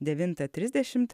devintą trisdešimt